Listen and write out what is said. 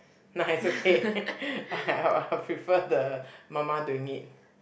nah is okay I I'll I'll prefer the mama doing it